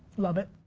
love it.